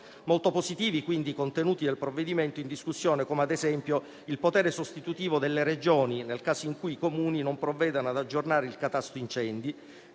molto positivi i contenuti del provvedimento in discussione come, ad esempio, il potere sostitutivo delle Regioni nel caso in cui i Comuni non provvedano ad aggiornare il catasto incendi